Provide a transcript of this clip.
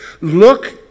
Look